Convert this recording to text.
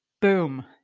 boom